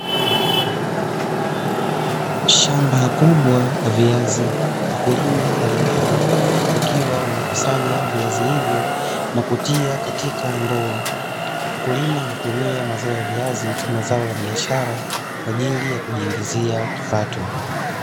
Shamba kubwa la viazi, wakulima mbalimbali wakiwa wanakusanya viazi hivi na kutia katika ndoo. Wakulima hutumia mazao ya viazi kama zao la biashara kwa ajili ya kujiingizia kipato.